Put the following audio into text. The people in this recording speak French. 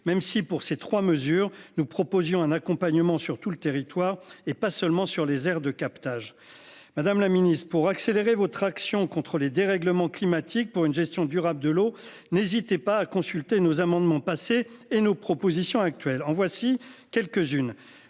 Même si, pour ces 3 mesures, nous proposions un accompagnement sur tout le territoire et pas seulement sur les aires de captage. Madame la Ministre pour accélérer votre action contre les dérèglements climatiques pour une gestion durable de l'eau, n'hésitez pas à consulter nos amendements. Et nos propositions actuelles en voici quelques-unes.